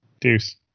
Deuce